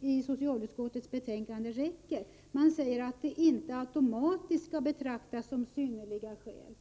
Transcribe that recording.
i socialutskottets betänkande räcker. Man säger att kromosomavvikelser inte automatiskt skall betraktas som synnerliga skäl.